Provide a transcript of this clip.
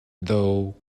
though